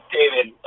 David